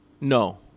no